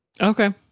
Okay